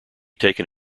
taken